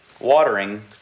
watering